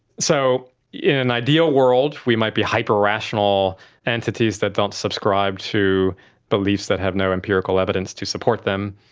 so in an ideal world we might be hyper-rational entities that don't subscribe to beliefs that have no empirical evidence to support them,